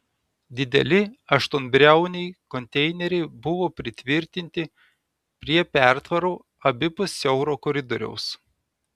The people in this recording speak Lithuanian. dideli aštuonbriauniai konteineriai buvo pritvirtinti prie pertvarų abipus siauro koridoriaus